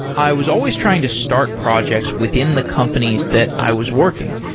i was always trying to start projects within the companies that i was working,